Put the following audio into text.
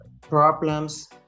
problems